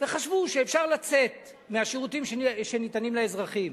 וחשבו שאפשר לצאת מהשירותים שניתנים לאזרחים,